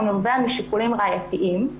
הוא נובע משיקולים ראייתיים,